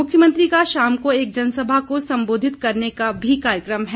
मुख्यमंत्री का शाम को एक जनसभा को सम्बोधित करने का भी कार्यक्रम है